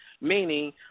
Meaning